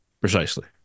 Precisely